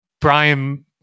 Brian